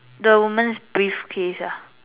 the woman's briefcase ah